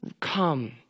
come